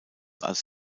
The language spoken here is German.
als